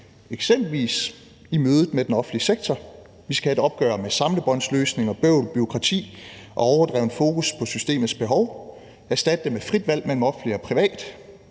eksempelvis i mødet med den offentlige sektor. Vi skal have et opgør med samlebåndsløsninger, bøvl og bureaukrati og overdrevent fokus på systemets behov og erstatte det med frit valg mellem offentligt og privat,